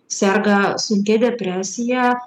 serga sunkia depresija